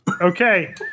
Okay